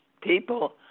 people